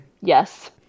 Yes